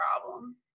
problem